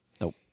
Nope